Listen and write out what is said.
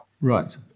Right